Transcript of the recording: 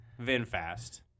VinFast